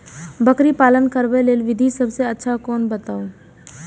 बकरी पालन करबाक लेल विधि सबसँ अच्छा कोन बताउ?